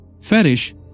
fetish